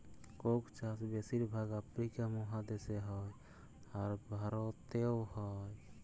Coke চাষ বেশির ভাগ আফ্রিকা মহাদেশে হ্যয়, আর ভারতেও হ্য়য়